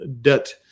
debt